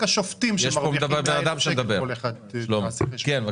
רק השופטים שמרוויחים מהעסק כל אחד תעשה חשבון כמה כן,